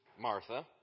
Martha